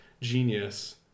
genius